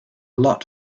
lot